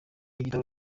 igitabo